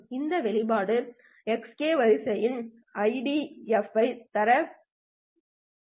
இந்த வெளிப்பாடு Xk வரிசையின் IDFT ஐத் தவிர வேறில்லை